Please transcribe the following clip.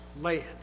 land